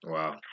Wow